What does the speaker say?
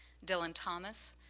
dylan thomas,